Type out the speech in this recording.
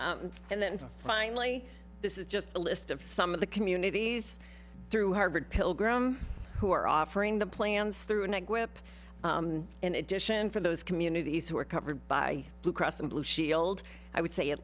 and then finally this is just a list of some of the communities through harvard pilgrim who are offering the plans through neck whip in addition for those communities who are covered by blue cross and blue shield i would say at